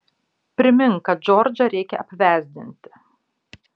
primink kad džordžą reikia apvesdinti